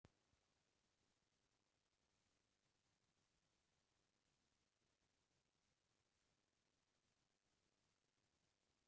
आज के समे म मनसे मन बरोबर अपन पइसा कौड़ी ल बनेच जिनिस मन म निवेस करके रखत हें